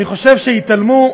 אני חושב שהתעלמו,